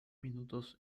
minutos